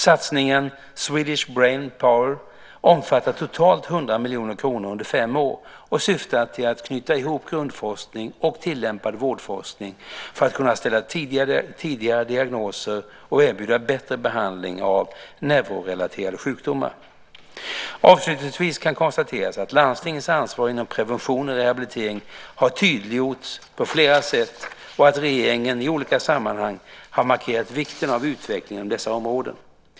Satsningen Swedish Brain Power omfattar totalt 100 miljoner kronor under fem år och syftar till att knyta ihop grundforskning och tillämpad vårdforskning för att kunna ställa tidigare diagnoser och erbjuda bättre behandling av neurorelaterade sjukdomar. Avslutningsvis kan konstateras att landstingens ansvar inom prevention och rehabilitering har tydliggjorts på flera sätt och att regeringen, i olika sammanhang, har markerat vikten av utveckling inom dessa områden.